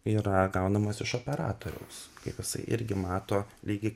yra gaunamas iš operatoriaus kaip jisai irgi mato lygiai